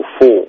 four